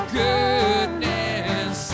goodness